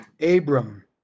Abram